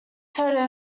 soda